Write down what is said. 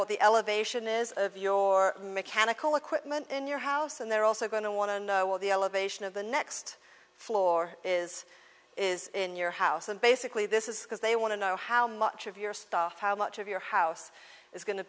what the elevation is of your mechanical equipment in your house and they're also going to want to know what the elevation of the next floor is is in your house and basically this is because they want to know how much of your stuff how much of your house is go